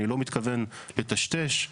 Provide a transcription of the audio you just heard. אני לא מתכוון לטשטש,